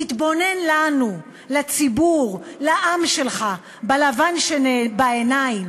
תתבונן לנו, לציבור, לעם שלך, בלבן שבעיניים.